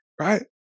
right